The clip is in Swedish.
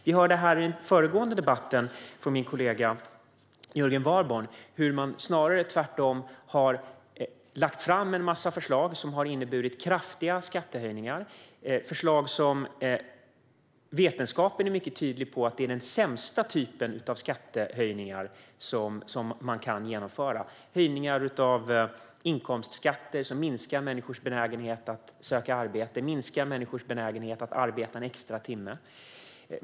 Vi hörde i den föregående debatten med min kollega Jörgen Warborn hur man snarare har lagt fram en massa förslag som har inneburit kraftiga skattehöjningar fastän vetenskapen är mycket tydlig med att detta är den sämsta typen av skattehöjningar som man kan genomföra. Det handlar om höjningar av inkomstskatter, vilket minskar människors benägenhet att söka arbete eller arbeta en extra timme.